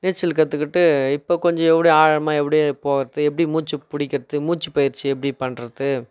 நீச்சல் கற்றுக்கிட்டு இப்போ கொஞ்சம் எப்படி ஆழமாக எப்படி போகறது எப்படி மூச்சை பிடிக்கிறது மூச்சுப் பயிற்சி எப்படி பண்ணுறது